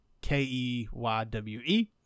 K-E-Y-W-E